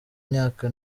imyaka